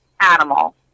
animal